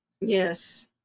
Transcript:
Yes